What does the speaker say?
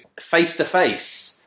face-to-face